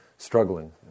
struggling